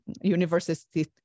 university